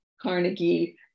Carnegie